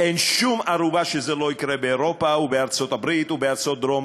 אין שום ערובה שזה לא יקרה באירופה ובארצות-הברית ובארצות דרום